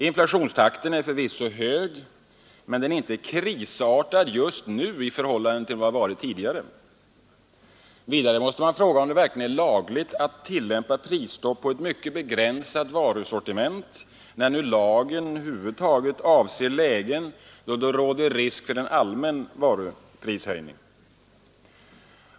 Inflationstakten är förvisso hög, men den är inte krisartad just nu i förhållande till vad den varit tidigare. Vidare måste man fråga om det verkligen är lagligt att tillämpa ett prisstopp på ett mycket begränsat varusortiment, när nu lagen över huvud taget avser lägen då det råder risk för en allmän varuprishöjning.